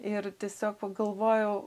ir tiesiog pagalvojau